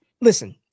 listen